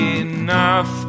enough